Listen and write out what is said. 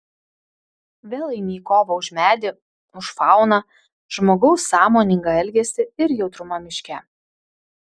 vėl eini į kovą už medį už fauną žmogaus sąmoningą elgesį ir jautrumą miške